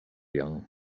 young